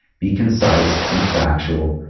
be concise, be factual.